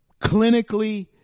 Clinically